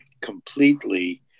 completely